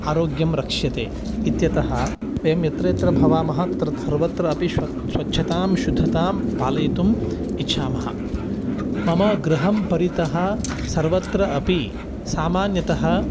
आरोग्यं रक्ष्यते इत्यतः वयं यत्र यत्र भवामः तत्र सर्वत्रापि श्वः स्वच्छतां शुद्धतां पालयितुम् इच्छामः मम गृहं परितः सर्वत्र अपि सामान्यतः